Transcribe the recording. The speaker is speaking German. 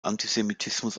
antisemitismus